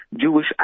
Jewish